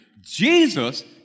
Jesus